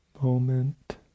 moment